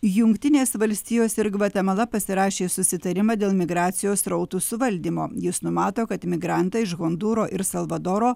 jungtinės valstijos ir gvatemala pasirašė susitarimą dėl migracijos srautų suvaldymo jis numato kad imigrantai iš hondūro ir salvadoro